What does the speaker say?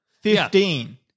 fifteen